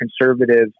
conservative